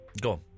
Go